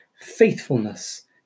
faithfulness